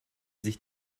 sich